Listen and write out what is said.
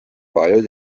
paljud